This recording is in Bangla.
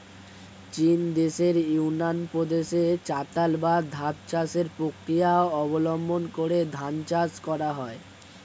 চীনদেশের ইউনান প্রদেশে চাতাল বা ধাপ চাষের প্রক্রিয়া অবলম্বন করে ধান চাষ করা হয়